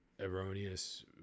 erroneous